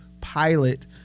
pilot